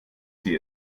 sie